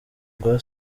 rwa